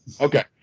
Okay